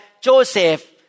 Joseph